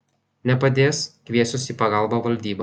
nepadės kviesiuos į pagalbą valdybą